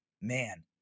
man